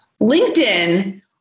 LinkedIn